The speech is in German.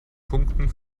punkten